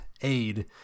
aid